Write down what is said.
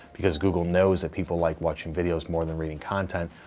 because google knows that people like watching videos more than reading content,